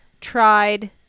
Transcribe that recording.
tried